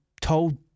told